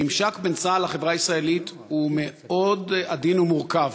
הממשק בין צה"ל לחברה הישראלית הוא מאוד עדין ומורכב,